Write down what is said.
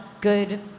good